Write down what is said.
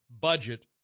budget